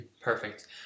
Perfect